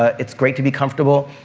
ah it's great to be comfortable.